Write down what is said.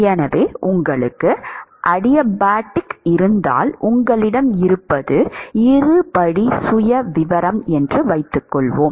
எனவே உங்களுக்கு அடியாபாடிக் இருந்தால் உங்களிடம் இருப்பது இருபடி சுயவிவரம் என்று வைத்துக்கொள்வோம்